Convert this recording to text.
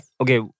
okay